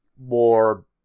More